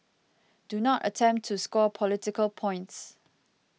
do not attempt to score political points